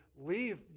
leave